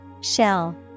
Shell